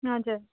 हजुर